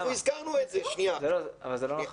זה לא נכון.